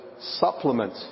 supplement